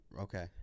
Okay